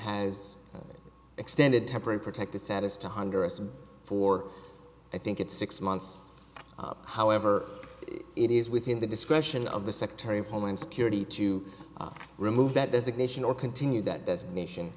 has extended temporary protected status to honduras for i think it's six months however it is within the discretion of the secretary of homeland security to remove that designation or continue that designation